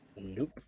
Nope